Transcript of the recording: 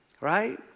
right